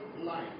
life